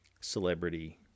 celebrity